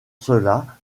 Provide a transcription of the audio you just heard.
cela